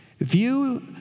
view